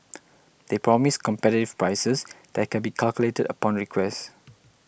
they promise competitive prices that can be calculated upon request